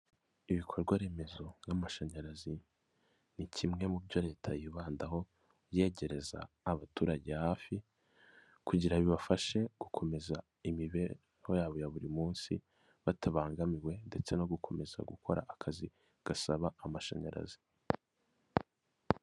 Ibikorwa remezo nka amashanyarazi nikimwe mubyo leta yibandaho yegereza abaturage hafi, kugira bibafashe gukomeza imibereho yabo yaburi munsi batabangamiwe ndetse nogukomeza gukora akazi gasaba amashanyarazi.